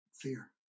fear